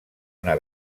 una